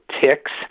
ticks